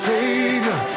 Savior